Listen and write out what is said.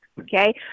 okay